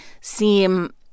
seem